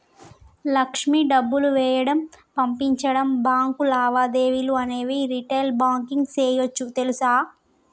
లక్ష్మి డబ్బులు వేయడం, పంపించడం, బాంకు లావాదేవీలు అనేవి రిటైల్ బాంకింగ్ సేయోచ్చు తెలుసా